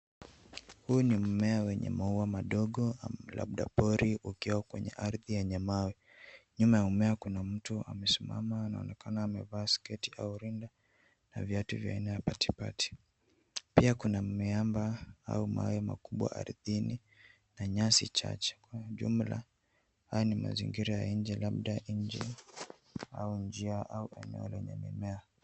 Huu ni mmea wenye maua madogo labda pori ukiwa kwenye ardhi yenye mawe. Nyuma ya mmea kuna mtu amesimama anaonekana amevaa skati au rinda na viatu vya aina ya patipati. Pia kuna miamba au mawe makubwa ardhini na nyasi chache. Kwa ujumla haya ni mazingira ya nje labda nje au njia au eneo lenye mimea.